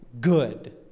good